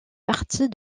partie